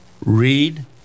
read